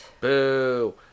Boo